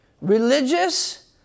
religious